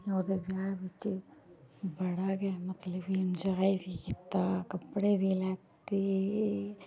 ओह्दे ब्याह् बिच्च बड़ा गै मतलब कि इंजाय बी कीता कपड़े बी लैते